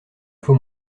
faut